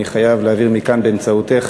אני חייב להעביר מכאן באמצעותך,